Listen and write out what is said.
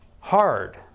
hard